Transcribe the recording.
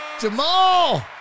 Jamal